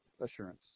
Assurance